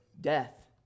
death